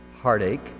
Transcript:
heartache